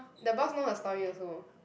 the boss know her story also